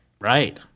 Right